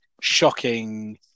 shocking